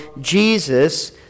Jesus